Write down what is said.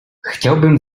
chciałbym